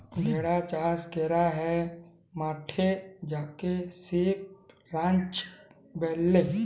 ভেড়া চাস ক্যরা হ্যয় মাঠে যাকে সিপ রাঞ্চ ব্যলে